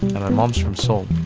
and my mom's from seoul